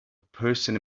person